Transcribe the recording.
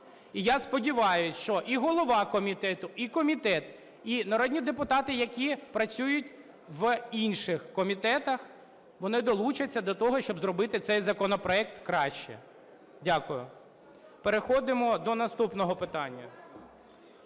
І я сподіваюсь, що і голова комітету, і комітет, і народні депутати, які працюють в інших комітетах, вони долучаться до того, щоб зробити цей законопроект краще. Дякую. Переходимо до наступного питання,